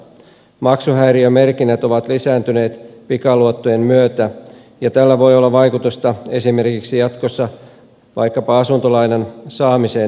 maksuhäiriömerkinnät ovat lisääntyneet pikaluottojen myötä ja tällä voi olla vaikutusta jatkossa vaikkapa asuntolainan saamiseen myöhemmin